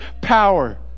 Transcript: power